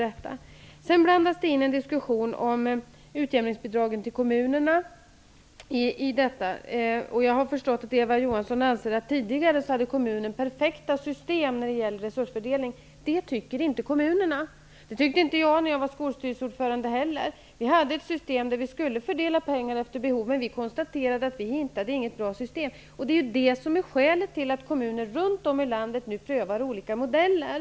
Vidare blandades det in en diskussion om utjämningsbidragen til kommunerna. Jag har förstått att Eva Johansson anser att kommunerna tidigare hade perfekta system i fråga om resursfördelning. Det tycker inte kommunerna. Det tyckte inte jag heller när jag var ordförande i skolstyrelsen. Vi hade ett system där pengarna skulle fördelas efter behoven. Vi konstaterade att vi inte hittade något bra system. Det är det som är skälet till att kommunerna runt om i landet prövar olika modeller.